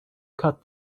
cut